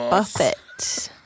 Buffett